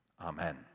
Amen